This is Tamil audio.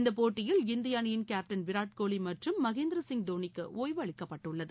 இந்த போட்டியில் இந்திய அணியின் கேப்டன் விராட்கோலி மற்றும் மகேந்திர சிங் தோனிக்கு ஒய்வு அளிக்கப்பட்டுள்ளது